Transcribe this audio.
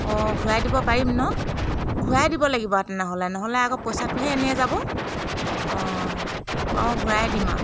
অঁ ঘূৰাই দিব পাৰিম ন ঘূৰাই দিব লাগিব তেনেহ'লে নহ'লে আকৌ পইচাটোহে এনেই যাব অঁ অঁ ঘূৰাই দিম আৰু